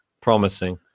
promising